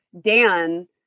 dan